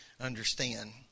understand